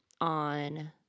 on